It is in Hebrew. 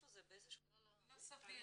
לא סביר.